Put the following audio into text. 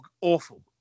awful